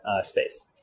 space